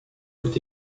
peut